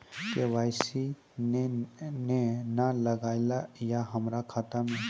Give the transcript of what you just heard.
KYC ने न लागल या हमरा खाता मैं?